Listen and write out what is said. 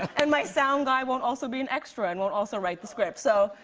and my sound guy won't also be an extra and won't also write the scripts. so,